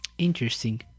Interesting